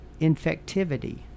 infectivity